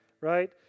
Right